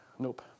Nope